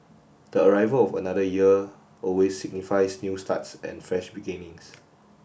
the arrival of another year always signifies new starts and fresh beginnings